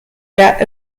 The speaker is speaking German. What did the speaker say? der